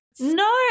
No